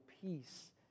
peace